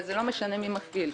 ולא משנה מי מפעיל.